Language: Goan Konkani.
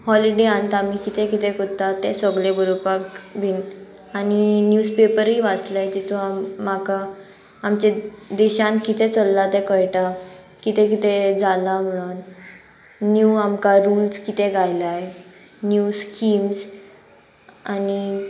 हॉलिडेयांत आमी कितें कितें कोत्ता तें सगलें बरोवपाक बीन आनी निव्जपेपरूय वाचले तितू आम म्हाका आमच्या देशान कितें चल्लां तें कळटा कितें कितें जालां म्हणून न्यू आमकां रुल्स कितें गायला न्यू स्किम्स आनी